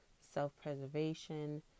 self-preservation